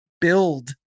build